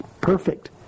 Perfect